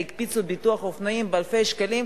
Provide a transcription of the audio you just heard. הקפיצו את ביטוח האופנועים באלפי שקלים,